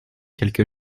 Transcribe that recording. quelque